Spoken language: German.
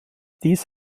dies